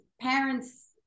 parents